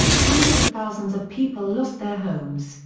hundreds of thousands of people lost their homes,